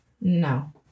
No